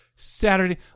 Saturday